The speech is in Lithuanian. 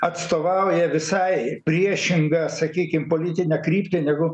atstovauja visai priešingą sakykim politinę kryptį negu